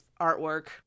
artwork